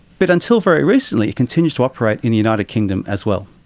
but until very recently it continues to operate in the united kingdom as well.